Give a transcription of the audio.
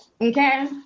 Okay